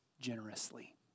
generously